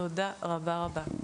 תודה רבה-רבה.